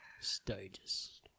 stages